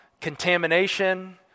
contamination